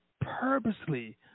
purposely